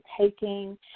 taking